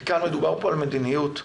מדובר פה על מדיניות,